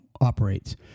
operates